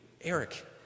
Eric